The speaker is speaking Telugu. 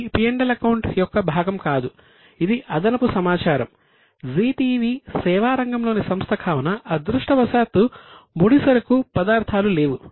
ఇది P L అకౌంట్ యొక్క భాగం కాదు ఇది అదనపు సమాచారం జీ టీవీ సేవా రంగం లోని సంస్థ కావున అదృష్టవశాత్తూ ముడిసరుకు పదార్థాలు లేవు